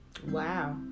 Wow